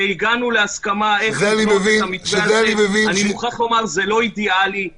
זה מה שהוא אומר, שזה יחודד בדגש